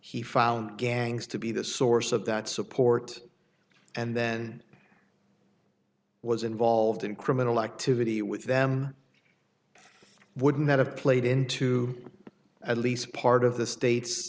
he found gangs to be the source of that support and then was involved in criminal activity with them wouldn't that have played into at least part of the state